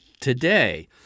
today